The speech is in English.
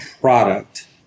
product